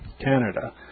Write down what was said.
Canada